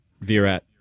Virat